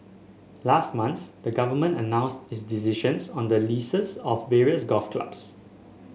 last month the Government announced its decisions on the leases of various golf clubs